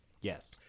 Yes